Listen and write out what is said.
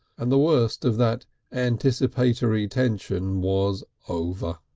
and the worst of that anticipatory tension was over.